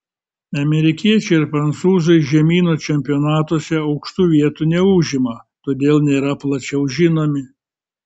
amerikiečiai ir prancūzai žemynų čempionatuose aukštų vietų neužima todėl nėra plačiau žinomi